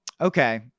Okay